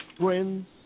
friends